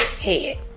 head